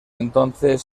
entonces